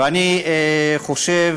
ואני חושב